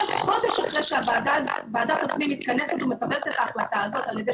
חודש אחרי שוועדת הפנים מתכנסת ומקבלת את ההחלטה הזאת על ידי